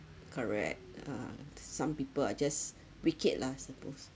correct ah some people are just wicked lah I supposed